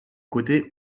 côté